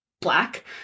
black